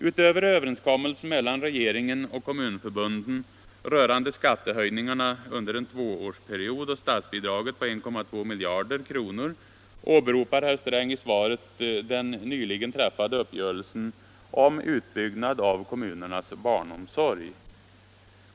Utöver överenskommelsen mellan regeringen och kommunförbunden rörande skattehöjningarna under en tvåårsperiod och statsbidraget på 1,2 miljarder kronor åberopar herr Sträng i svaret den nyligen träffade uppgörelsen om utbyggnaden av kommunernas barnomsorg.